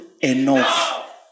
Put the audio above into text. enough